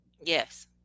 Yes